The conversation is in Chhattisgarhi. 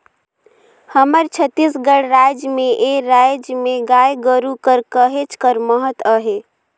हमर छत्तीसगढ़ राज में ए राएज में गाय गरू कर कहेच कर महत अहे